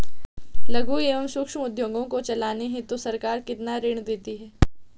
लघु एवं सूक्ष्म उद्योग को चलाने हेतु सरकार कितना ऋण देती है?